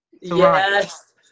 Yes